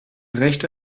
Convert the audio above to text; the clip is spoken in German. rechte